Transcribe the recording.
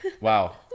wow